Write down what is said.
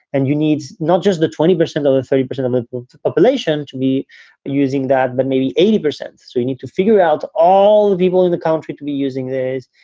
and you need not just the twenty percent or and thirty percent of but the population to be using that, but maybe eighty percent. so you need to figure out all the people in the country to be using this.